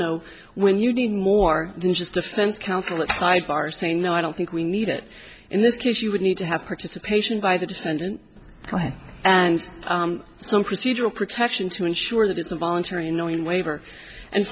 o when you need more than just defense counsel at five are saying no i don't think we need it in this case you would need to have participation by the defendant and some procedural protection to ensure that it's a voluntary and knowing waiver and